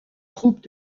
troupes